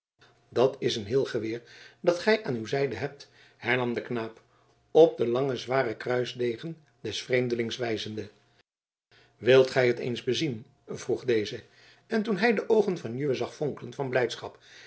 dat is een heel geweer dat gij daar aan uw zijde hebt hernam de knaap op den langen zwaren kruisdegen des vreemdelings wijzende wilt gij het eens bezien vroeg deze en toen hij de oogen van juwe zag fonkelen van blijdschap